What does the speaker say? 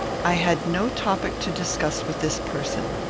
i had no topic to discuss with this person.